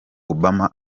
obama